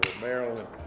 Maryland